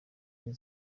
iri